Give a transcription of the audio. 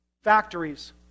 factories